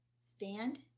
stand